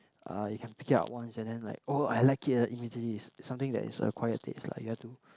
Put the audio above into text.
uh you can pick it up once and then like oh I like it eh immediately it's something that is acquired taste lah you have to